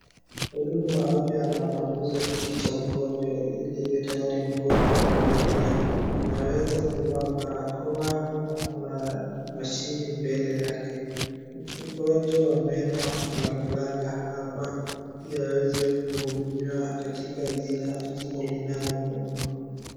Mhudumu wa afya anapanguza kiti cha mgonjwa ili iwe tayari mgonjwa kulalia, anaweza kuvaa barakoa na kuna mashini mbele yake, mgonjwa wa meno analalanga hapa ili aweze kuhudumiwa katika jino linalomuuma,